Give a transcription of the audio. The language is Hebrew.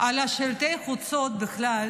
על שלטי חוצות בכלל